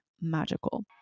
magical